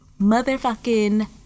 motherfucking